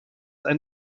ein